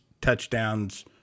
touchdowns